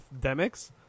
Demix